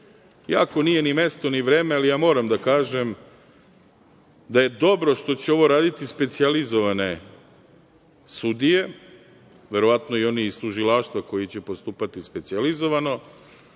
I ako nije ni mesto ni vreme, ali ja moram da kaže, da je dobro što će ovo raditi specijalizovane sudije, verovatno i oni iz tužilaštva koji će postupati specijalizovano,